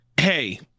hey